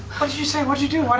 you say, what'd you do?